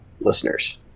listeners